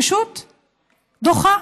פשוט דוחה.